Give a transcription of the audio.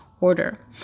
order